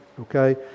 okay